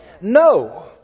No